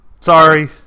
Sorry